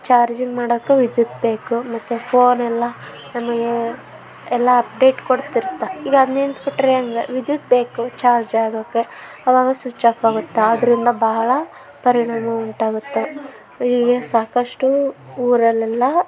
charging ಮಾಡಕ್ಕೂ ವಿದ್ಯುತ್ ಬೇಕು ಮತ್ತು ಫೋನೆಲ್ಲ ನಮಗೆ ಎಲ್ಲ ಅಪ್ಡೇಟ್ ಕೊಡ್ತಿರ್ತೆ ಈಗ ಅದು ನಿಂತು ಬಿಟ್ಟರೆ ಹೆಂಗ ವಿದ್ಯುತ್ ಬೇಕು ಚಾರ್ಜ್ ಆಗೋಕ್ಕೆ ಅವಾಗ ಸುಚ್ ಆಫ್ ಆಗುತ್ತೆ ಅದರಿಂದ ಬಹಳ ಪರಿಣಾಮ ಉಂಟಾಗುತ್ತೆ ಹೀಗೆ ಸಾಕಷ್ಟು ಊರಲ್ಲೆಲ್ಲ